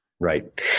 Right